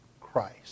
Christ